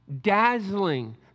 dazzling